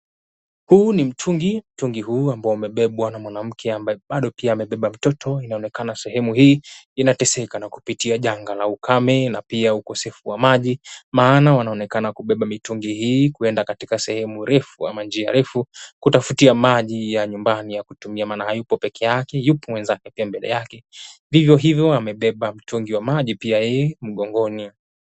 Huu ni mtungi. Mtungi huu ambao umebebwa na mwanamke ambaye bado pia amebeba mtoto. Inaonekana sehemu hii inateseka na kupitia janga la ukame na pia ukosefu wa maji, maana wanaonekana kubeba mitungi hii kwenda katika sehemu refu ama njia refu kutafutia maji ya nyumbani ya kutumia. Maana hayupo peke yake, yupo mwenzake pia mbele yake. Vivyo hivyo amebeba mtungi wa maji pia yeye mgongoni.